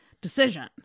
decision